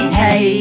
hey